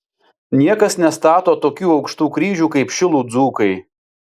niekas nestato tokių aukštų kryžių kaip šilų dzūkai